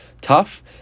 tough